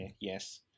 yes